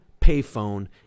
payphone